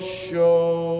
show